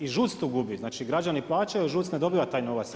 I ŽUC tu gubi, znači građani plaćaju, ŽUC ne dobiva taj novac.